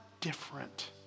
different